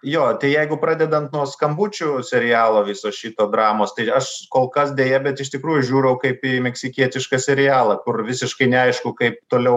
jo jeigu pradedant nuo skambučių serialo viso šito dramos tai aš kol kas deja bet iš tikrųjų žiūriu kaip į meksikietišką serialą kur visiškai neaišku kaip toliau